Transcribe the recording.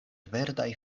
verdaj